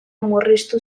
murriztu